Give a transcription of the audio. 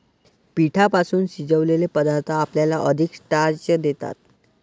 पिठापासून शिजवलेले पदार्थ आपल्याला अधिक स्टार्च देतात